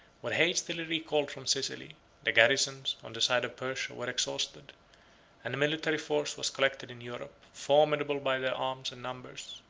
were hastily recalled from sicily the garrisons, on the side of persia, were exhausted and a military force was collected in europe, formidable by their arms and numbers,